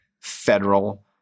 federal